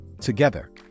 Together